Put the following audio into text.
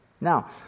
Now